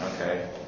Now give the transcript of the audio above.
Okay